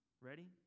Ready